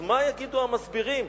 אז מה יגידו המסבירים?